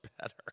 better